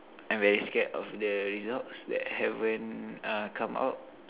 I very scared of the results that haven't uh come out